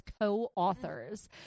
co-authors